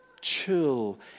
chill